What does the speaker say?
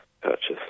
purchase